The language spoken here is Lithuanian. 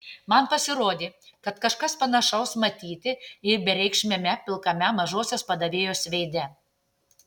man pasirodė kad kažkas panašaus matyti ir bereikšmiame pilkame mažosios padavėjos veide